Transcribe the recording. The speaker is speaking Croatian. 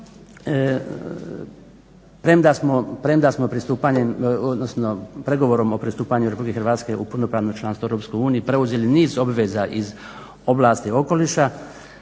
odnosno pregovorom o pristupanju Republike Hrvatske u punopravno članstvo Europskoj uniji preuzeli niz obaveza iz ovlasti okoliša.